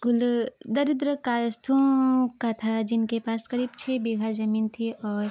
कुल दरिद्र कायस्थों का था जिनके पास करीब छः बीघा जमीन थी और